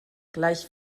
gleich